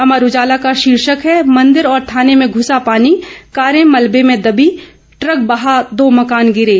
अमर उजाला का शीर्षेक है मंदिर और थाने में घुसा पानी कारें मलबे में दबी ट्रक बहा दो मकान गिरे